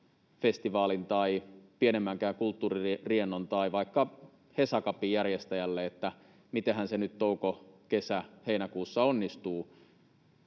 festivaalin tai pienemmänkään kulttuuririennon tai vaikka Hesa Cupin järjestäjälle, että mitenhän nyt touko-, kesä-, heinäkuussa onnistuu